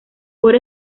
por